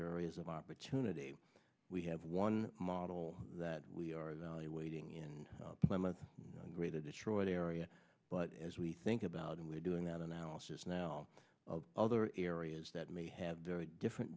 areas of opportunity we have one model that we are waiting in plymouth greater detroit area but as we think about and we're doing that analysis now of other areas that may have different